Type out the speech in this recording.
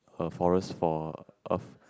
a forest for a